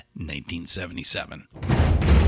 1977